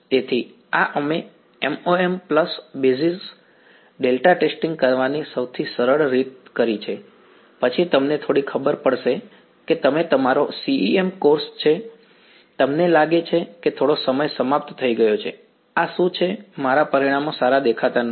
તેથી આ અમે MoM pulse basis delta testing કરવાની સૌથી સરળ રીત કરી છે પછી તમને થોડી ખબર પડશે કે તમે તમારો CEM કોર્સ છો તમને લાગે છે કે થોડો સમય સમાપ્ત થઈ ગયો છે આ શું છે મારા પરિણામો સારા દેખાતા નથી